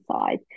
side